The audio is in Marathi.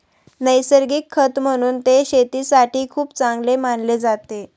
नैसर्गिक खत म्हणून ते शेतीसाठी खूप चांगले मानले जाते